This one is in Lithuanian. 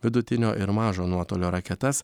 vidutinio ir mažo nuotolio raketas